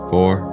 Four